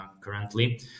currently